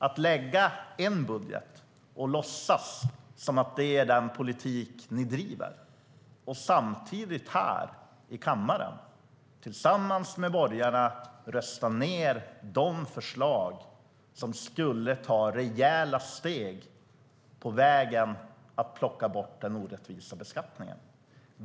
Ni lade fram en budget och låtsades som att det är den politik ni driver. Sedan röstade ni här i kammaren tillsammans med borgarna ned de förslag som skulle ta rejäla steg på vägen mot att plocka bort den orättvisa beskattningen.